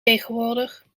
tegenwoordig